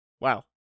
wow